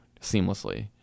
seamlessly